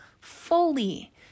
fully